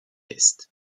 est